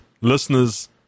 listeners